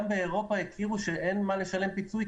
גם באירופה הכירו שאין מה לשלם פיצוי,